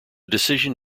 decision